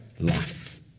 life